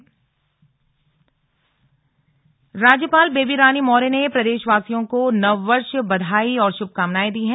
नव वर्ष शुभकामनाएं राज्यपाल बेबी रानी मौर्य ने प्रदेशवासियों को नववर्ष बधाई और शुभकामनाएं दी हैं